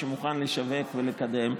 בבקשה.